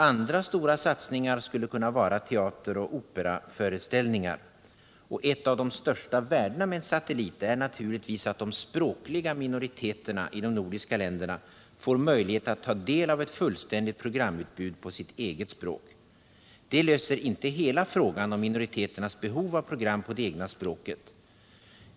Andra stora satsningar skulle kunna vara teateroch operaföreställningar. Och ett av de största värdena med en satellit är naturligtvis att de språkliga minoriteterna i de nordiska länderna får möjlighet att ta del av ett fullständigt programutbud på sitt eget språk. Detta löser dock inte hela frågan om minoriteternas behov av program på det egna språket.